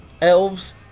elves